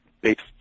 based